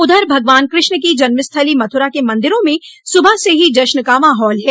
उधर भगवान कृष्ण की जन्मस्थली मथुरा के मन्दिरों में सुबह से ही जश्न का माहौल है